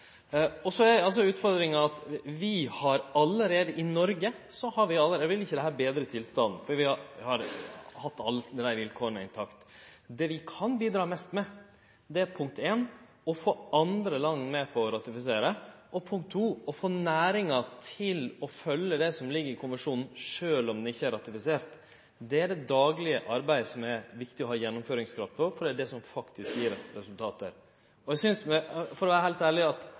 reglar. Så er utfordringa at i Noreg vil ikkje dette betre tilstanden før vi har alle vilkåra intakte. Det vi kan bidra mest med, er, punkt 1: å få andre land med på å ratifisere og punkt 2: å få næringa til å følgje det som ligg i konvensjonen, sjølv om han ikkje er ratifisert. Det er på det daglege arbeidet det er viktig å ha gjennomføringskraft, for det er faktisk det som gjev oss resultat. Eg synest – for å vere heilt ærleg – at